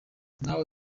nawe